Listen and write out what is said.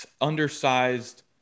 undersized